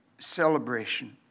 Celebration